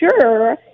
sure